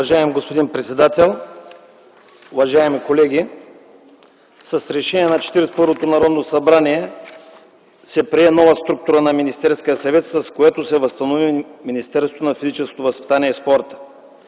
Уважаеми господин председател, уважаеми колеги! С решение на 41-то Народно събрание се прие нова структура на Министерския съвет, с което се възстанови Министерството на физическото възпитание и спорта.